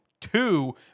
Two